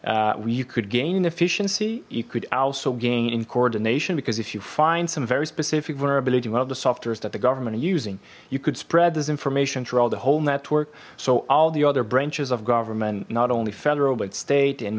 you could gain an efficiency you could also gain in coordination because if you find some very specific vulnerability one of the software's that the government are using you could spread this information throughout the whole network so all the other branches of government not only federal but state